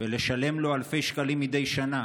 ולשלם לו אלפי שקלים מדי שנה